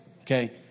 Okay